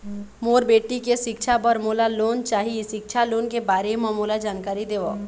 मोर बेटी के सिक्छा पर मोला लोन चाही सिक्छा लोन के बारे म मोला जानकारी देव?